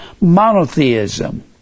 monotheism